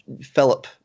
Philip